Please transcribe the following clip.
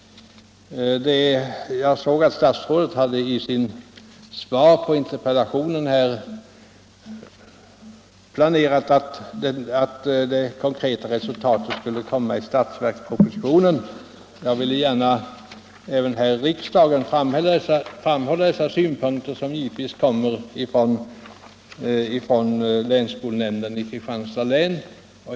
Jag såg i svaret på interpellationen att statsrådet hade planerat att det konkreta resultatet skulle komma i statsverkspropositionen. Även här i riksdagen ville jag gärna framhålla dessa synpunkter, som givetvis kommer från länsskolnämnden i Kristianstads län.